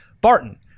Barton